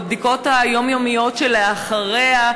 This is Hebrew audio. בבדיקות היומיומיות שאחריה,